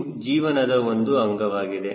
ಇದು ಜೀವನದ ಒಂದು ಅಂಗವಾಗಿದೆ